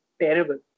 terrible